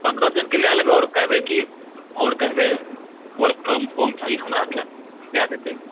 पन्द्रह दिनके लए लेबै आओर कहबै की आओर कहबै वर्क फ्रॉम होम चाही हमराके दए देतै